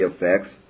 effects